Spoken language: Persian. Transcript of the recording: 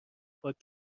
پاک